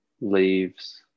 leaves